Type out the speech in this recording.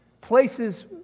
places